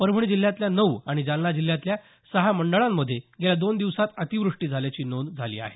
परभणी जिल्ह्यातल्या नऊ आणि जालना जिल्ह्यातल्या सहा मंडळांमध्ये गेल्या दोन दिवसात अतिवृष्टी झाल्याची नोंद झाली आहे